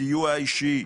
סיוע אישי,